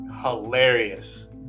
hilarious